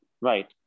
right